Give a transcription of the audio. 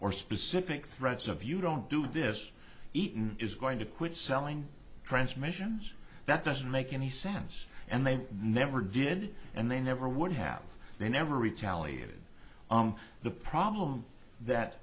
or specific threats of you don't do this eaton is going to quit selling transmission that doesn't make any sense and they never did and they never would have they never retaliated the problems that